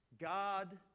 God